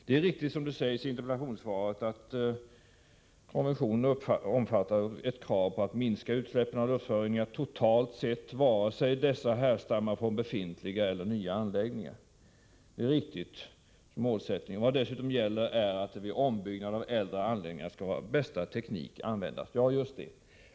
Det är riktigt som det sägs i interpellationssvaret att konventionen omfattar ”ett krav på att minska utsläppen av luftföroreningarna totalt sett vare sig dessa härstammar från befintliga eller nya anläggningar”. Det är riktigt som målsättning. Dessutom framhålls: ”Vad som dessutom gäller är att vid ombyggnad av äldre anläggningar skall bästa teknik användas.” Ja, just det.